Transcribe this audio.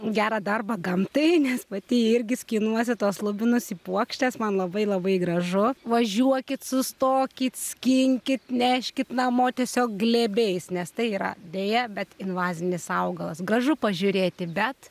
gerą darbą gamtai nes pati irgi skinuosi tuos lubinus į puokštes man labai labai gražu važiuokit sustokit skinkit neškit namo tiesiog glėbiais nes tai yra deja bet invazinis augalas gražu pažiūrėti bet